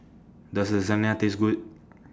Does Lasagne Taste Good